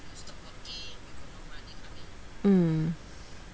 mm